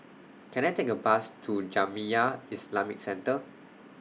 Can I Take A Bus to Jamiyah Islamic Centre